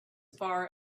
far